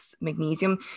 magnesium